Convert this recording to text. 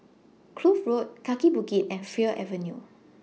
Kloof Road Kaki Bukit and Fir Avenue